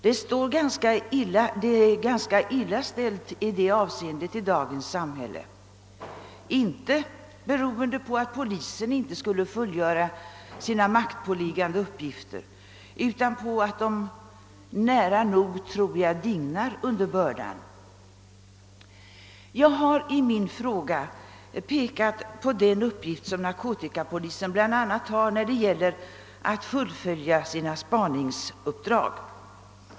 Det är ganska illa ställt i det avseendet i dagens samhälle, inte beroende på att polisen icke skulle fullgöra sina maktpåliggande uppgifter utan på att den nära nog dignar under bördan. a Jag har i min fråga pekat på den uppgift som narkotikapolisen bl.a. har när det gäller att fullfölja sina spaningsuppdrag.